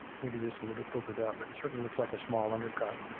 maybe just a little bit buggered up but it certainly looks like a small undercut.